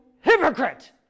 hypocrite